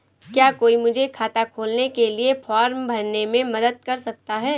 क्या कोई मुझे खाता खोलने के लिए फॉर्म भरने में मदद कर सकता है?